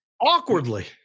Awkwardly